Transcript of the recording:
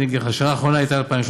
אני אגיד לך: השנה האחרונה הייתה 2013,